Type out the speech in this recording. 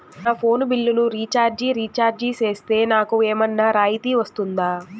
నా ఫోను బిల్లును recharge recharge సేస్తే, నాకు ఏమన్నా రాయితీ వస్తుందా?